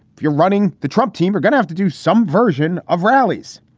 if you're running the trump team, you're gonna have to do some version of rallies.